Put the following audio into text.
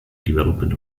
development